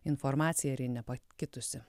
informacija ar ji nepakitusi